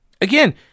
Again